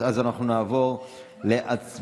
נעבור לנושא הבא